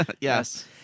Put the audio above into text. Yes